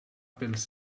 pels